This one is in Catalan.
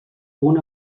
punt